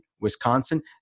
Wisconsin